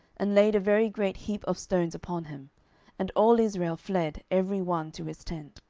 and laid a very great heap of stones upon him and all israel fled every one to his tent.